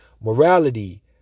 morality